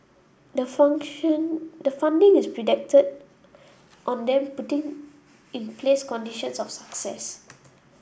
the function the funding is predicted on them putting in place conditions of success